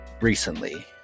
recently